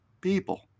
people